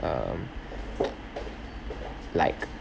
um like